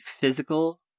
physical